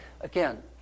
Again